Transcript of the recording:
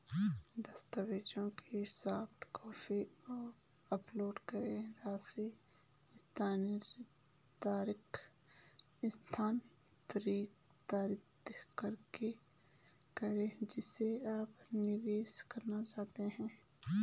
दस्तावेजों की soft copy upload करें, राशि स्थानांतरित करें जिसे आप निवेश करना चाहते हैं